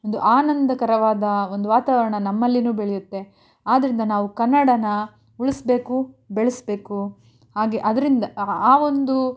ಒಂದು ಆನಂದಕರವಾದ ಒಂದು ವಾತಾವರಣ ನಮ್ಮಲ್ಲಿಯೂ ಬೆಳೆಯುತ್ತೆ ಆದ್ದರಿಂದ ನಾವು ಕನ್ನಡನ ಉಳಿಸಬೇಕು ಬೆಳೆಸಬೇಕು ಹಾಗೆ ಅದರಿಂದ ಆ ಒಂದು